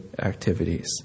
activities